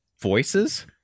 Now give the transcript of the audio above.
voices